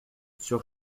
sur